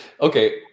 okay